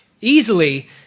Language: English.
easily